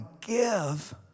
give